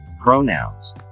pronouns